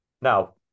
Now